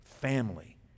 family